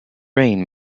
rain